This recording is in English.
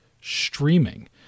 streaming